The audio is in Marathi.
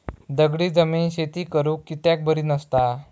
दगडी जमीन शेती करुक कित्याक बरी नसता?